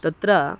तत्र